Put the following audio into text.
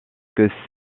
que